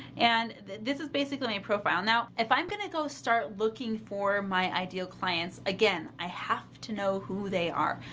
and this is basically my a profile. now, if i'm going to go start looking for my ideal clients, again, i have to know who they are.